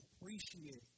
appreciate